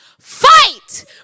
fight